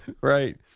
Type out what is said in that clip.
Right